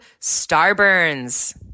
STARBURNS